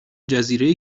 جزیره